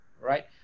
right